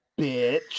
Bitch